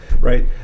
right